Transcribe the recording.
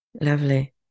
Lovely